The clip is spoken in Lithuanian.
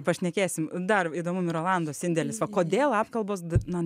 pašnekėsim dar įdomu mirolandos indėlis va kodėl apkalbos na